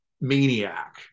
maniac